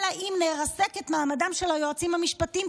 אלא אם נרסק את מעמדם של היועצים המשפטיים?